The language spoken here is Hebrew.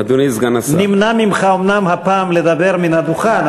אומנם נמנע ממך הפעם לדבר מהדוכן,